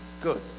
good